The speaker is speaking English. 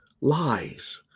lies